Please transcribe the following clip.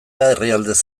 herrialdez